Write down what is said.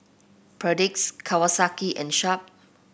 Perdix Kawasaki and Sharp